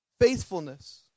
faithfulness